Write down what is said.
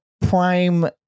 prime